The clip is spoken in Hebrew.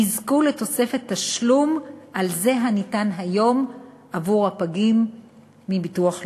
יזכו לתוספת תשלום על זה הניתן היום עבור הפגים מביטוח לאומי.